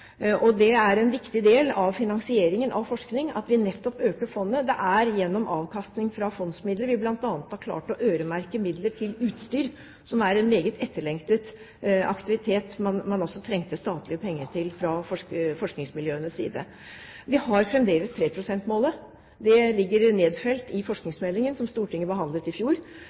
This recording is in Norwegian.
Det er en viktig del av finansieringen av forskning at vi nettopp øker fondet. Det er gjennom avkastning fra fondsmidler vi bl.a. har klart å øremerke midler til utstyr, som er en meget etterlengtet aktivitet man også trengte statlige penger til fra forskningsmiljøenes side. Vi har fremdeles 3 pst.-målet; det ligger nedfelt i forskningsmeldingen, som Stortinget behandlet i fjor.